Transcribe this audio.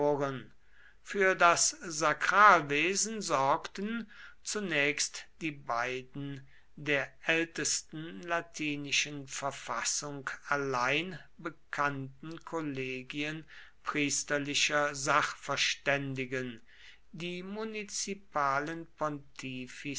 für das sakralwesen sorgten zunächst die beiden der ältesten latinischen verfassung allein bekannten kollegien priesterlicher sachverständigen die